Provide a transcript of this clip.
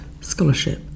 scholarship